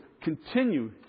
continue